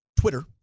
Twitter